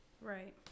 right